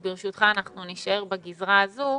ברשותך, אנחנו נישאר בגזרה הזו.